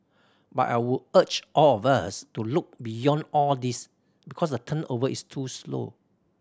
but I would urge all of us to look beyond all these because the turnover is too slow